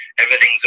everything's